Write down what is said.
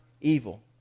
evil